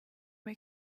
may